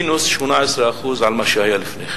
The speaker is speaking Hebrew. מינוס 18% על מה שהיה לפני כן.